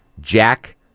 Jack